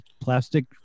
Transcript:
plastic